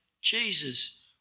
Jesus